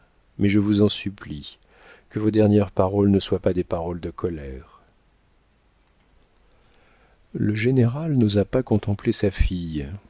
mais je vous en supplie que vos dernières paroles ne soient pas des paroles de colère le général n'osa pas contempler sa fille